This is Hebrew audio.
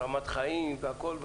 רמת חיים והכל,